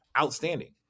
Outstanding